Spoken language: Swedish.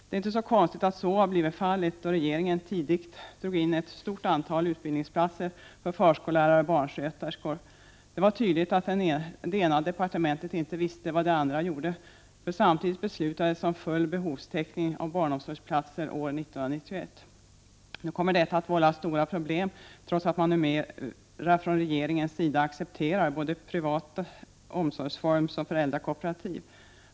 Det är inte så konstigt att så har blivit fallet, då regeringen tidigt drog in ett stort antal utbildningsplatser för förskollärare och barnsköterskor. Det var tydligt att det ena departementet inte visste vad det andra gjorde, för samtidigt beslutades om full behovstäckning av barnomsorgsplatser år 1991. Nu kommer detta att vålla stora problem, trots att man numera från regeringens sida accepterar privata omsorgsformer som föräldrakooperativ.